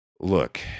Look